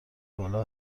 بالا